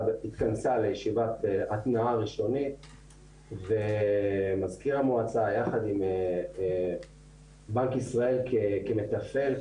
התכנסה לישיבת התנעה ראשונית ומזכיר המועצה יחד עם בנק ישראל כמתפעל,